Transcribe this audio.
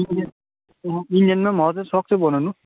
Indian इन्डियानमा पनि हजुर सक्छु बनाउनु